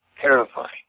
terrifying